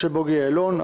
משה בוגי יעלון,